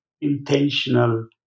intentional